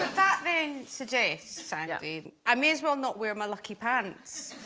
that then suggest so exactly i may as well not wear my lucky pants